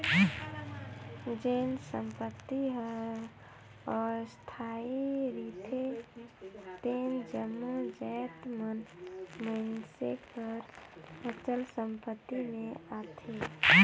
जेन संपत्ति हर अस्थाई रिथे तेन जम्मो जाएत मन मइनसे कर अचल संपत्ति में आथें